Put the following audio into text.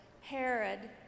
Herod